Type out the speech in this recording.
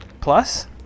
plus